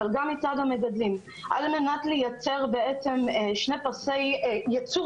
אבל גם מצד המגדלים על מנת לייצר שני פסי ייצור